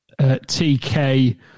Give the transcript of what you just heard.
TK